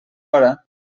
hora